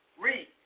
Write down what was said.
Read